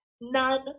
none